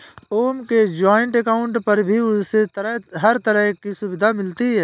ओम के joint account पर भी उसे हर तरह की सुविधा मिलती है